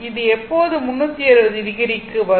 இது எப்போது 360o க்கு வரும்